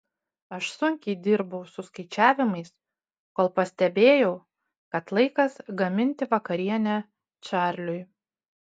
aš sunkiai dirbau su skaičiavimais kol pastebėjau kad laikas gaminti vakarienę čarliui